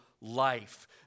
life